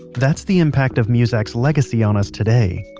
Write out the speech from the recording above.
that's the impact of muzak's legacy on us today.